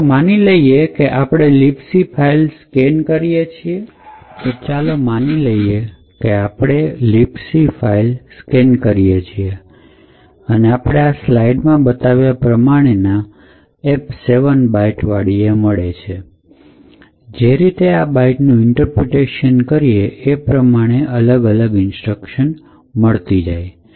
ચાલો માની લઈએ કે આપણે libc ફાઈલ સ્કેન કરીએ છીએ અને આપણે slide માં બતાવ્યા પ્રમાણે ના F7 બાઈટ વાળી મળે છે જે રીતે આ બાઇટનું ઇન્ટરપ્રિટેશન કરીએ એ પ્રમાણે અલગ અલગ ઇન્સ્ટ્રક્શન મળી શકે